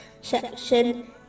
section